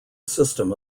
system